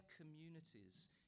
communities